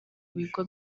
bigo